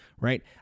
right